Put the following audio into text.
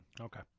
Okay